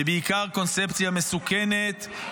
ובעיקר קונספציה מסוכנת.